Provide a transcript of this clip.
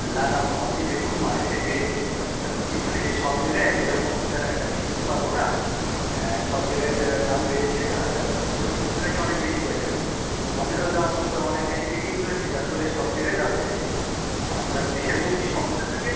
না না মা আপনি দেখুন মার্কেটে বেড়েছে ব্যাপারটা হচ্ছে এখানে যে সব জায়গায় একই রকম আমি তো আর একা বেশি নিতে পারবো না সব জায়গায় দা দাম বেড়েছে আর আমাদেরও কিনতে হয়েছে অনেক বেশি পয়সা দিয়ে আমাদেরও দাম অনেক বেশি দিয়ে কিনতে হচ্ছে যার ফলে সব জায়গায় দাম বেড়েছে আপনার যদি সেরকম কিছু সমস্যা থাকে